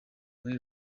muri